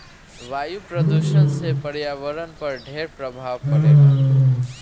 वायु प्रदूषण से पर्यावरण पर ढेर प्रभाव पड़ेला